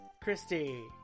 christy